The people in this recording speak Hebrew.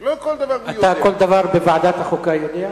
אתה כל דבר בוועדת החוקה יודע?